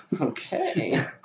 Okay